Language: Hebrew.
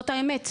זאת האמת.